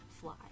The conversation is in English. fly